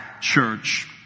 church